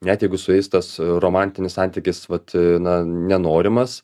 net jeigu su jais tas romantinis santykis vat na nenorimas